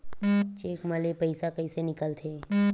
Cheque म ले पईसा कइसे निकलथे?